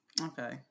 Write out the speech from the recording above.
Okay